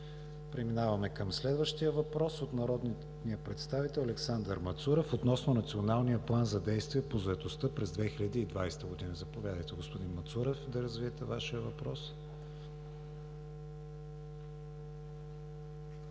Преминаваме към следващия въпрос от народния представител Александър Мацурев относно Националния план за действие по заетостта през 2020 г. Заповядайте, господин Мацурев, да развиете Вашия въпрос. АЛЕКСАНДЪР